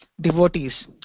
devotees